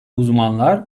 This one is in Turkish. uzmanlar